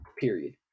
Period